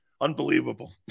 Unbelievable